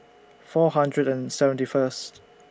four hundred and seventy First